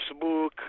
Facebook